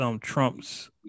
Trump's